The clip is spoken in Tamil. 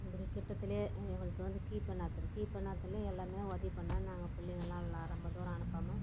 இங்கேன கிட்டத்துலேயே எங்களுக்கு வந்து கீப்பண்ணாத்தூரு கீப்பண்ணாத்தூருலேயே எல்லாமே உதவி பண்ணால் நாங்கள் பிள்ளைங்கள்லாம் எல்லாம் ரொம்ப தூரம் அனுப்பாமல்